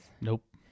nope